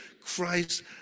Christ